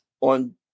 on